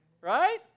right